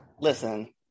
Listen